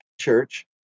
church